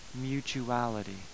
mutuality